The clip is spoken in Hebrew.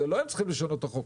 לא הם צריכים לשנות את החוק.